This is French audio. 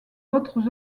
autres